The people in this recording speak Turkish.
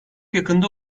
yakında